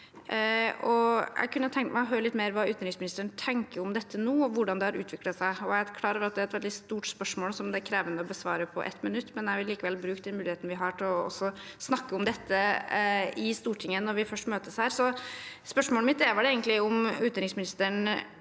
meg å høre litt mer om hva utenriksministeren tenker om dette nå, og hvordan det har utviklet seg. Jeg er klar over at det er et veldig stort spørsmål som det er krevende å besvare på ett minutt, men jeg vil likevel bruke den muligheten vi har, til også å snakke om dette i Stortinget, når vi først møtes her. Spørsmålet mitt er vel om utenriksministeren